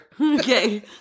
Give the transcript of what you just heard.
Okay